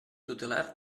tutelar